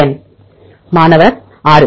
என் மாணவர் 6